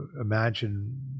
imagine